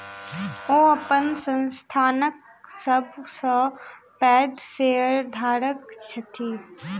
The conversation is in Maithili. ओ अपन संस्थानक सब सॅ पैघ शेयरधारक छथि